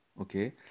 Okay